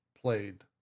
played